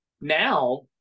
Now